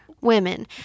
women